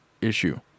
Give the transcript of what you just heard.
issue